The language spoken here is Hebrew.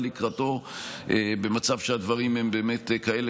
לקראתו במצב שבו הדברים הם באמת כאלה,